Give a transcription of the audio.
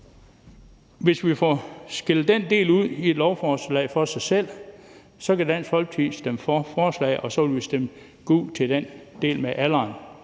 hvis vi får skilt den del ud i et lovforslag for sig selv, kan Dansk Folkeparti stemme for forslaget, og så vil vi stemme gult til den del, der